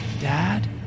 Dad